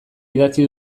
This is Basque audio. idatzi